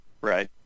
Right